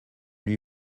lui